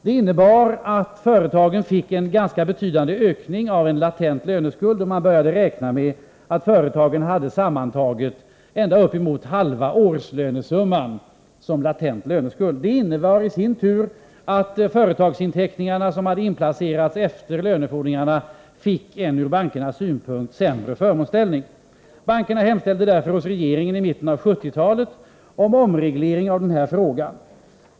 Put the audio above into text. Det innebar att företagen fick en ganska betydande ökning av en latent löneskuld, och man började räkna med att företagen sammantaget hade ända upp emot halva årslönesumman som latent löneskuld. Detta innebar i sin tur att företagsinteckningarna, som i lagen hade inplacerats efter lönefordringarna, fick en ur bankernas synpunkt sämre förmånsställning. Bankerna hemställde därför hos regeringen i mitten av 1970-talet om en omreglering av den här frågan.